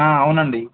అవునండి